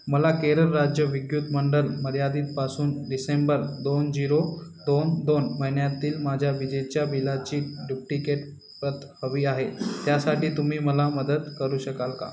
मला केरळ राज्य विद्युत मंडल मर्यादीतपासून डिसेंबर दोन जिरो दोन दोन महिन्यातील माझ्या विजेच्या बिलाची डुप्टिकेट प्रत हवी आहे त्यासाठी तुम्ही मला मदत करू शकाल का